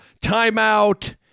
timeout